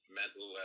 mental